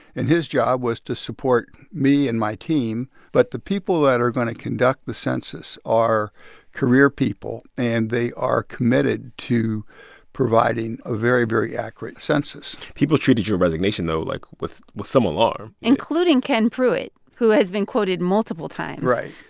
and his job was to support me and my team. but the people that are going to conduct the census are career people, and they are committed to providing a very, very accurate census people treated your resignation, though, like, with with some alarm including ken pruitt, who has been quoted multiple times right.